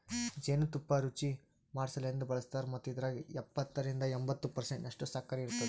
ಜೇನು ತುಪ್ಪ ರುಚಿಮಾಡಸಲೆಂದ್ ಬಳಸ್ತಾರ್ ಮತ್ತ ಇದ್ರಾಗ ಎಪ್ಪತ್ತರಿಂದ ಎಂಬತ್ತು ಪರ್ಸೆಂಟನಷ್ಟು ಸಕ್ಕರಿ ಇರ್ತುದ